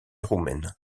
roumaine